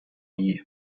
wie